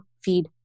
feed